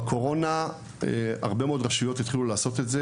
בקורונה הרבה מאוד רשויות התחילו לעשות את זה,